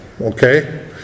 okay